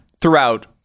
throughout